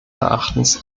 erachtens